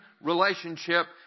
relationship